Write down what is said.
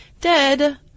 dead